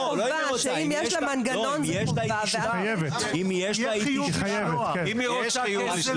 אם היא רוצה.